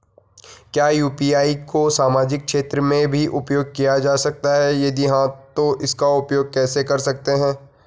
क्या यु.पी.आई को सामाजिक क्षेत्र में भी उपयोग किया जा सकता है यदि हाँ तो इसका उपयोग कैसे कर सकते हैं?